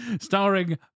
Starring